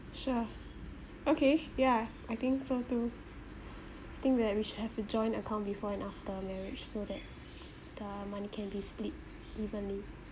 sure okay ya I think so too think that we should have a joint account before and after marriage so that the money can be split evenly